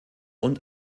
und